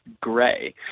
gray